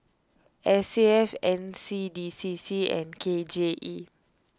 S A F N C D C C and K J E